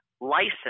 license